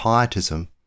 pietism